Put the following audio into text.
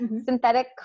synthetic